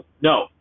no